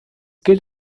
gilt